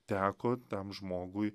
teko tam žmogui